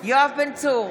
יואב בן צור,